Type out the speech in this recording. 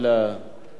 לרשותך.